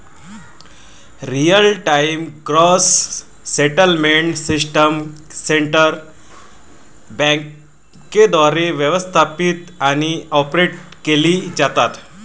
real time gross settlement system central बँकेद्वारे व्यवस्थापित आणि ऑपरेट केली जाते